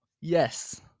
Yes